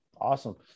Awesome